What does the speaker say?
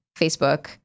Facebook